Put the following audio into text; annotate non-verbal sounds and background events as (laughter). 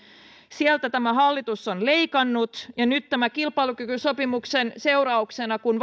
sieltä tämä hallitus on leikannut nyt tämän kilpailukykysopimuksen seurauksena kun (unintelligible)